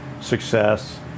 success